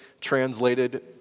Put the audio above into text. translated